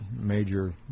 major